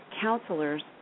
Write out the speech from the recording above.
counselors